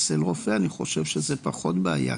אצל רופא אני חושב שזה פחות בעיה,